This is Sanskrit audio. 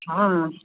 हा